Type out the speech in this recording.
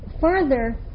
further